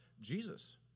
Jesus